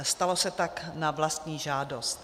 Stalo se tak na vlastní žádost.